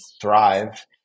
thrive